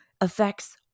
affects